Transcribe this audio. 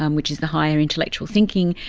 um which is the higher intellectual thinking,